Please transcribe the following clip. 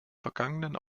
vergangenen